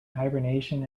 hibernation